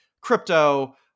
crypto